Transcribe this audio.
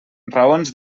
raons